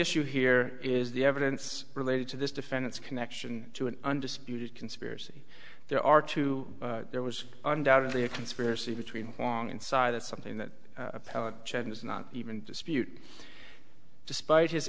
issue here is the evidence related to this defendant's connection to an undisputed conspiracy there are two there was undoubtedly a conspiracy between long inside that something that was not even dispute despite his